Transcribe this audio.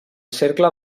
cercle